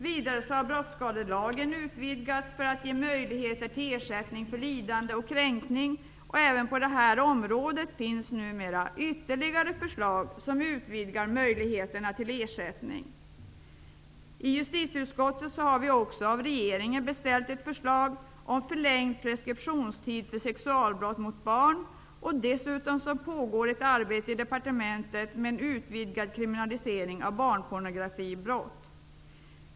Vidare har brottsskadelagen utvidgats för att ge möjligheter till ersättning för lidande och kränkning, och även på det här området finns numera ytterligare förslag som utvidgar möjligheterna till ersättning. I justitieutskottet har vi också av regeringen beställt ett förslag om förlängd preskriptionstid för sexualbrott mot barn, och dessutom pågår i departementet ett arbete som syftar till en utvidgad kriminalisering av barnpornografibrott.